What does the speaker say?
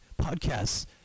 podcasts